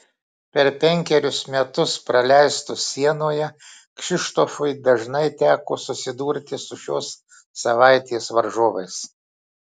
per penkerius metus praleistus sienoje kšištofui dažnai teko susidurti su šios savaitės varžovais